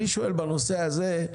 אני שואל בנושא הזה,